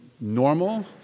normal